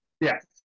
yes